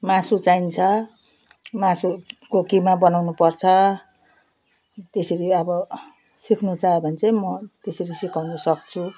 मासु चाहिन्छ मासुको किमा बनाउनु पर्छ त्यसरी अब सिक्नु चाह्यो भने चाहिँ म त्यसरी सिकाउनु सक्छु